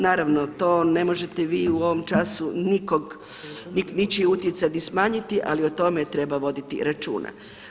Naravno to ne možete vi u ovom času nikog, ničiji utjecaj smanjiti ali o tome treba voditi računa.